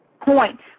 point